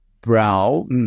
brow